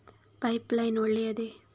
Pipe line ಒಳ್ಳೆಯದೇ?